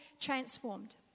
transformed